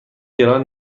گران